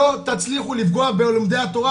לא תצליחו לפגוע בלומדי התורה,